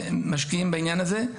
משקיעים בעניין הזה.